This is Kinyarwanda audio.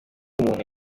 umuntu